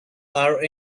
are